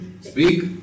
speak